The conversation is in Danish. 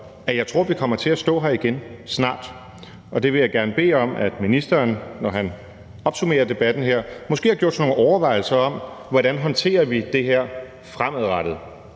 at jeg tror, vi kommer til at stå her igen snart. Og det vil jeg gerne bede om at ministeren – når han opsummerer debatten her – måske har gjort sig nogle overvejelser om hvordan vi håndterer fremadrettet.